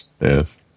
Yes